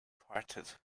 parted